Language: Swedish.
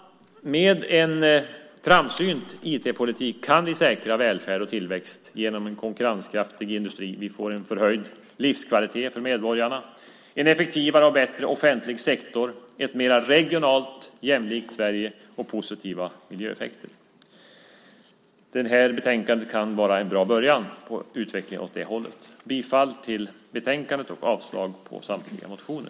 Med en framsynt IT-politik kan vi säkra välfärd och tillväxt genom en konkurrenskraftig industri. Vi får en förhöjd livskvalitet för medborgarna, en effektivare och bättre offentlig sektor, ett mer regionalt jämlikt Sverige och positiva miljöeffekter. Detta betänkande kan vara en bra början på utvecklingen åt det hållet. Jag yrkar bifall till utskottets förslag i betänkandet och avslag på samtliga motioner.